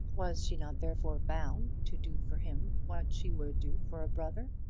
was she not therefore bound to do for him what she would do for a brother?